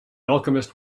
alchemist